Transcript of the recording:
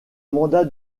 mandat